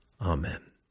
Amen